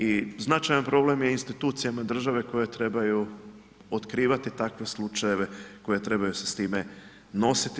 I značajan problem je institucijama države koje trebaju otkrivati takve slučajeve, koje trebaju se s time nositi.